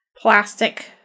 plastic